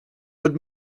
but